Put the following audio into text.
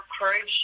courage